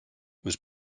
was